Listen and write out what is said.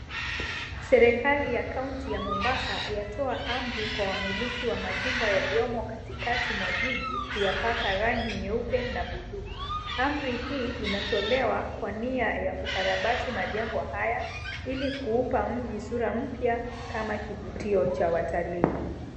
Serekali ya kaunti ya Mombasa yatoa amri kwa wamiliki wa majumba yaliyomo katikati mwa jiji, kuyapaka rangi nyeupe na buluu. Amri hii inatolewa kwa nia yakukarabati majengo haya ili kuupa mji sura mpya kama kivutio cha watalii.